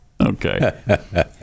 Okay